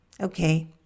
Okay